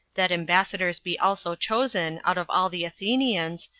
that ambassadors be also chosen out of all the athenians,